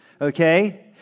okay